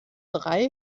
drei